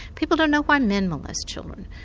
people don't know why men molest children.